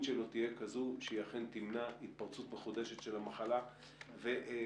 שלו תהיה כזו שאכן תמנע התפרצות מחודשת של המחלה והצטרכות